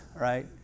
right